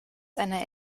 einer